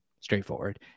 straightforward